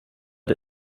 der